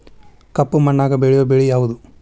ಕಪ್ಪು ಮಣ್ಣಾಗ ಬೆಳೆಯೋ ಬೆಳಿ ಯಾವುದು?